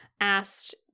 asked